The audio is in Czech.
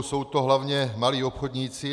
Jsou to hlavně malí obchodníci.